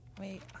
Wait